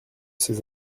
ces